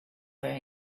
very